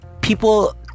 people